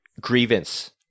grievance